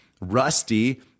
Rusty